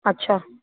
अच्छा